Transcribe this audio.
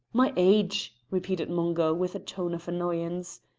my age! repeated mungo, with a tone of annoyance.